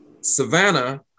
Savannah